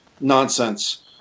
nonsense